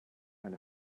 and